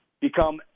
become